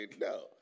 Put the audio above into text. no